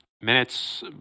minutes